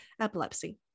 epilepsy